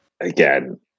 Again